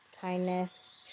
kindness